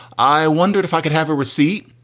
i wondered if i could have a receipt.